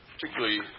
particularly